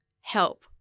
help